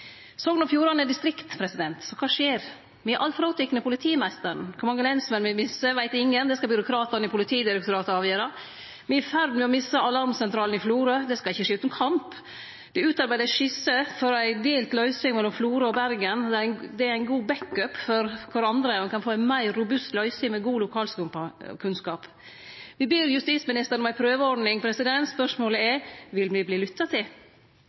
Sogn og Fjordane er distrikt, så kva skjer? Me er alt fråtekne politimeisteren. Kor mange lensmenn me misser, veit ingen, det skal byråkratane i Politidirektoratet avgjere. Me er i ferd med å misse alarmsentralen i Florø, det skal ikkje skje utan kamp. Det er utarbeidd ei skisse for ei delt løysing mellom Florø og Bergen, der ein er god «back up» for kvarandre, og ein kan få ei meir robust løysing med god lokalkunnskap. Me ber justisministeren om ei prøveordning, spørsmålet er om me vil verte lytta til.